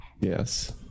Yes